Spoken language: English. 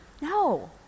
No